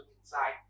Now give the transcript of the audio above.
inside